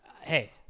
Hey